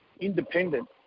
independent